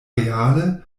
reale